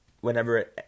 whenever